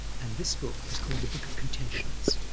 and this book was called the book of contentions.